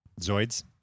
Zoids